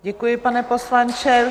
Děkuji, pane poslanče.